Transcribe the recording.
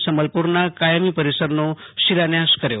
સંબલપુરના કાયમી પરિસરનૌ શિલાન્યાસ કર્યો